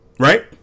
Right